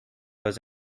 was